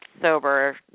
sober